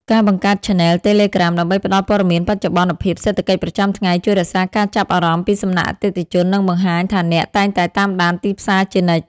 ការបង្កើតឆានែលតេឡេក្រាមដើម្បីផ្ដល់ព័ត៌មានបច្ចុប្បន្នភាពសេដ្ឋកិច្ចប្រចាំថ្ងៃ ជួយរក្សាការចាប់អារម្មណ៍ពីសំណាក់អតិថិជន និងបង្ហាញថាអ្នកតែងតែតាមដានទីផ្សារជានិច្ច។